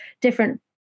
different